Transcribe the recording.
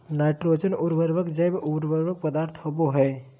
nitrogen उर्वरक जैव उर्वरक पदार्थ होबो हइ